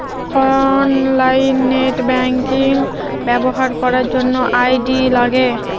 online net banking ব্যবহার করার জন্য আই.ডি লাগে